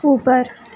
ऊपर